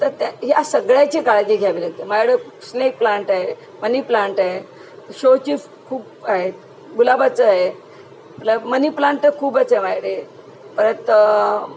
तर त्या ह्या सगळ्याची काळजी घ्यावी लागते मायडं स्नेक प्लांट आहे मनी प्लांट आहे शोची खूप आहेत गुलाबाचं आहे मनी प्लांट तर खूपच आहे मायाकडे परत